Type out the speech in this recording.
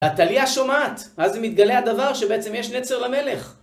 עתליה שומעת, אז היא מתגלה הדבר שבעצם יש נצר למלך.